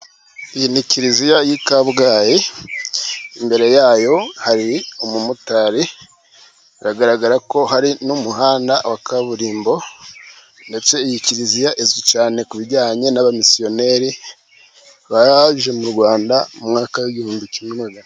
Iyi ni kiriziya y'ikabgayi, imbere yayo hari umumotari, biragaragara ko hari n'umuhanda wa kaburimbo, ndetse iyi kiliziya izwi cyane ku bijyanye n'abamisiyoneri, baje mu rwanda mu mwaka wigihumbi kimwe...